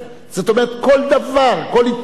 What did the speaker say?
זאת אומרת כל דבר, כל התפתחותנו.